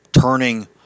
turning